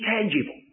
intangible